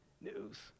news